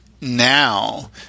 Now